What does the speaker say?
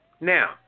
Now